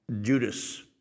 Judas